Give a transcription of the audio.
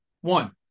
one